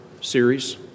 series